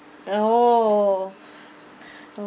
oh